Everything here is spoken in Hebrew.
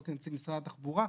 לא כנציג משרד התחבורה,